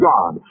God